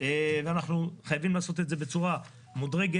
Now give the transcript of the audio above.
ואנחנו חייבים לעשות את זה בצורה מודרגת.